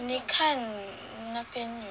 你看那边有